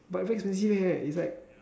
but is very expensive is like